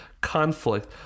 Conflict